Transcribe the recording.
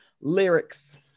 lyrics